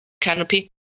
canopy